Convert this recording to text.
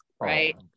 right